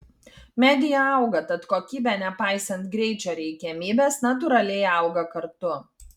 media auga tad kokybė nepaisant greičio reikiamybės natūraliai auga kartu